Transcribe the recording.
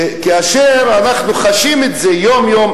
כאשר אנחנו חשים את זה יום-יום,